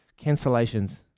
cancellations